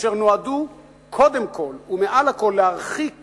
אשר נועדו קודם כול ומעל לכול להרחיק